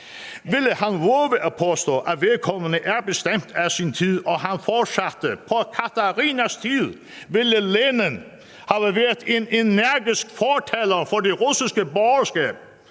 ville han vove at påstå, at vedkommende er bestemt af sin tid, og han fortsatte: På Katharinas tid ville Lenin have været en energisk fortaler for det russiske borgerskab;